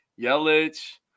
Yelich